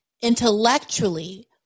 intellectually